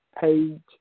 page